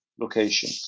location